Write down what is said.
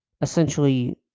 Essentially